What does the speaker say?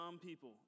people